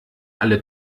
alle